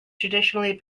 traditionally